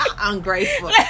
ungrateful